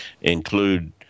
include